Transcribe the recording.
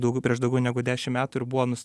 daugiau prieš daugiau negu dešim metų ir buvo nus